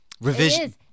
revision